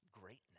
greatness